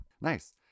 Nice